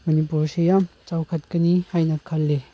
ꯃꯅꯤꯄꯨꯔꯁꯤ ꯌꯥꯝ ꯆꯥꯎꯈꯠꯀꯅꯤ ꯍꯥꯏꯅ ꯈꯜꯂꯤ